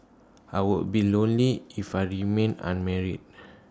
I would be lonely if I remained unmarried